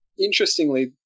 interestingly